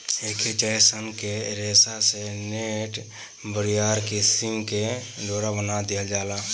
ऐके जयसन के रेशा से नेट, बरियार किसिम के डोरा बना दिहल जाला